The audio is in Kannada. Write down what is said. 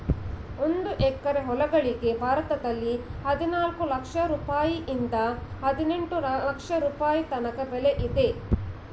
ಒಂದು ಎಕರೆ ಹೊಲಗಳಿಗೆ ಭಾರತದಲ್ಲಿ ಹದಿನಾಲ್ಕು ಲಕ್ಷ ರುಪಾಯಿಯಿಂದ ಹದಿನೆಂಟು ಲಕ್ಷ ರುಪಾಯಿ ತನಕ ಬೆಲೆ ಇದೆ